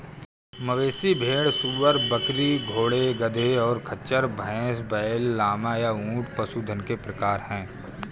मवेशी, भेड़, सूअर, बकरी, घोड़े, गधे, और खच्चर, भैंस, बैल, लामा, या ऊंट पशुधन के प्रकार हैं